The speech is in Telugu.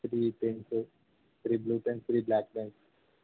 three pens three blue pens three black pens